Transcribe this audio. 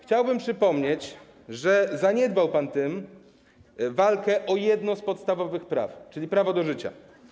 Chciałbym panu przypomnieć, że zaniedbał pan walkę o jedno z podstawowych praw, czyli prawo do życia.